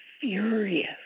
furious